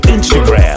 Instagram